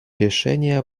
решения